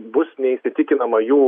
bus neįsitikinama jų